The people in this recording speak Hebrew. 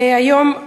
היום,